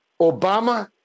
Obama